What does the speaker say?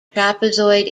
trapezoid